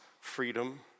Freedom